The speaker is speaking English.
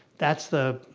that's the